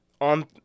On